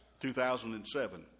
2007